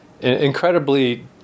incredibly